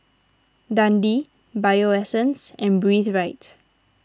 Dundee Bio Essence and Breathe Right